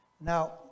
Now